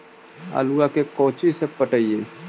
आलुआ के कोचि से पटाइए?